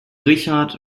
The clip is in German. richard